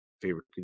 favorite